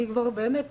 באמת,